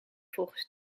volgens